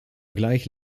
gleich